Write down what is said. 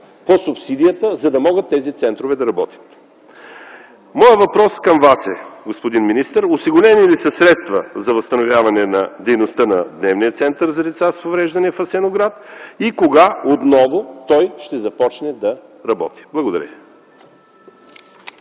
по субсидията, за да могат тези центрове да работят. Моят въпрос към Вас, господин министър, е: Осигурени ли са средства за възстановяване дейността на Дневния център за деца с увреждания в Асеновград? Кога отново той ще започне да работи? Благодаря